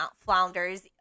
flounders